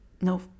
No